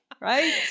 Right